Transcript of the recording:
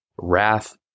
wrath